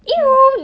kinda like